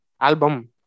album